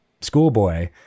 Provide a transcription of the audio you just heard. schoolboy